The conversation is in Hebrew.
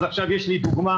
אז עכשיו יש לי דוגמה.